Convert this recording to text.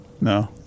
no